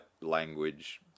language